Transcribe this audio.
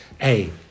Hey